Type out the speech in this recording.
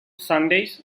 sundays